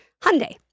Hyundai